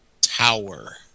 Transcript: tower